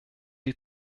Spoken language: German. die